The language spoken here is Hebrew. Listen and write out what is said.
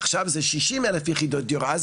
עכשיו זה 60 אלף יחידות דיור,